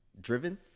driven